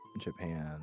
Japan